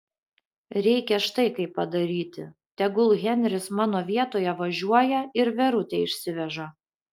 reikia štai kaip padaryti tegul henris mano vietoje važiuoja ir verutę išsiveža